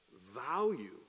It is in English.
value